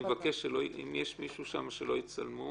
אני מבקש, אם יש מישהו שם, שלא יצלמו.